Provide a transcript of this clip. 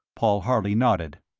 paul harley nodded.